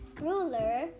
ruler